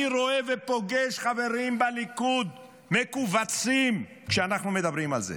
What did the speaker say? אני רואה ופוגש חברים בליכוד מכווצים כשאנחנו מדברים על זה,